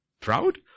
proud